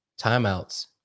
timeouts